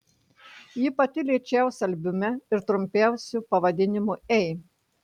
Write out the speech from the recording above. ji pati lėčiausia albume ir trumpiausiu pavadinimu ei